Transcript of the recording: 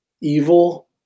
evil